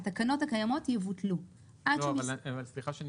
התקנות הקיימות יבוטלו -- סליחה שאני